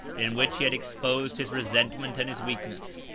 in which he had exposed his resentment and his weakness,